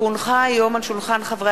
מכיוון שזה חוק,